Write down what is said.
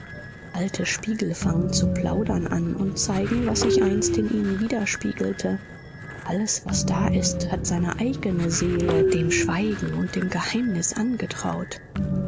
alte spiegel fangen zu plaudern an und zeigen was sich einst in ihnen widerspiegelte alles was da ist hat seine eigene seele dem schweigen und dem geheimnis angetraut